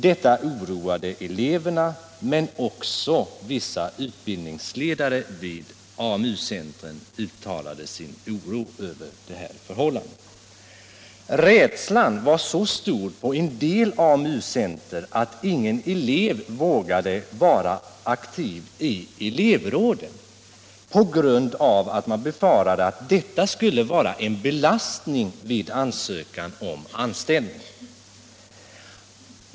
Detta oroade eleverna, men också vissa utbildningsledare vid AMU centrerna uttalade sin oro över detta förhållande. Rädslan var så stor på en del AMU-centrer att ingen elev vågade vara aktiv i elevråden på grund av att man befarade att detta skulle vara en belastning vid ansökan om anställning.